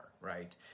right